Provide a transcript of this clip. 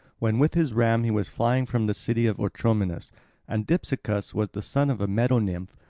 when with his ram he was flying from the city of orchomenus and dipsacus was the son of a meadow-nymph,